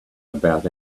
about